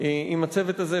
עם הצוות הזה,